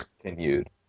continued